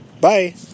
Bye